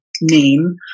name